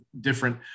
different